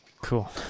Cool